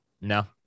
No